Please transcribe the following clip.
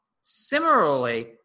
Similarly